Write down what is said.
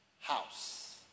house